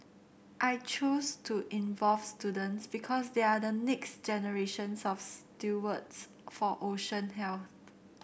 I choose to involve students because they are the next generations of stewards for ocean health